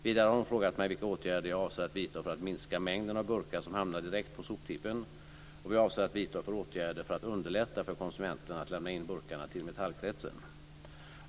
Vidare har hon frågat mig vilka åtgärder jag avser att vidta för att minska mängden av burkar som hamnar direkt på soptippen och vad jag avser att vidta för åtgärder för att underlätta för konsumenten att lämna in burkarna till Metallkretsen.